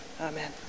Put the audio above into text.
amen